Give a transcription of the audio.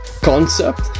concept